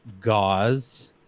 gauze